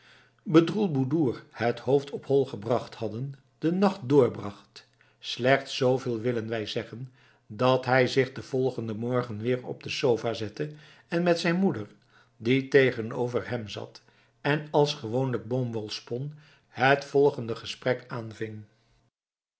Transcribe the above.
bedroelboedoer het hoofd op hol gebracht hadden den nacht doorbracht slechts zooveel willen wij zeggen dat hij zich den volgenden morgen weer op de sofa zette en met zijn moeder die tegenover hem zat en als gewoonlijk boomwol spon het volgende gesprek aanving